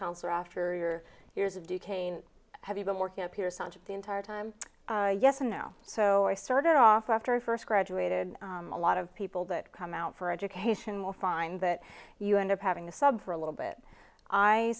counselor after your years of duquesne have you been working at pearson just the entire time yes now so i started off after i first graduated a lot of people that come out for education will find that you end up having a sub for a little bit i